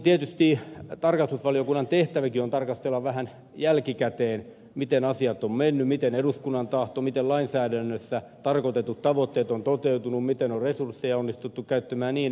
tietysti tarkastusvaliokunnan tehtäväkin on tarkastella vähän jälkikäteen miten asiat ovat menneet miten eduskunnan tahto miten lainsäädännössä tarkoitetut tavoitteet ovat toteutuneet miten on resursseja onnistuttu käyttämään ja niin edelleen